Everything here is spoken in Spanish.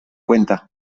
cuenta